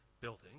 building